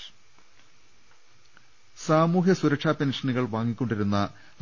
് സാമൂഹ്യസുരക്ഷാ പെൻഷനുകൾ വാങ്ങിക്കൊണ്ടിരുന്ന